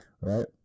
right